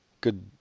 Good